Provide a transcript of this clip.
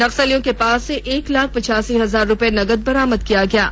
नक्सलियों के पास से एक लाख पचासी हजार रुपये नगद बरामद किया गया है